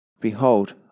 Behold